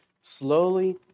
slowly